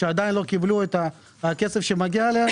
שעדיין לא קיבלו את הכסף שמגיע להם.